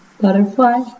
Butterfly